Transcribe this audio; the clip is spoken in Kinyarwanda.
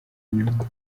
nyundo